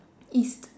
east